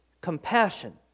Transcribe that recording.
compassion